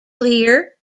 clear